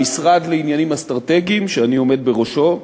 המשרד לנושאים אסטרטגיים, שאני עומד בראשו,